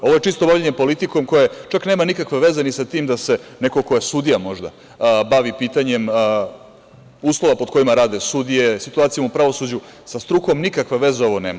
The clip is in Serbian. Ovo je čisto bavljenje politikom koje čak nema nikakve veze sa tim da se neko ko je sudija možda bavi pitanjem uslova pod kojima rade sudije, situacijom u pravosuđu, sa strukom nikakve veze ovo nema.